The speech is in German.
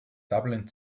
dublin